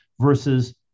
versus